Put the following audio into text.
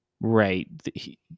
Right